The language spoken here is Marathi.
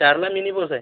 चारला मिनी बस आहे